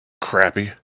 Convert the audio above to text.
crappy